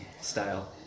style